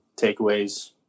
takeaways